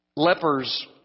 Lepers